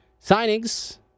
signings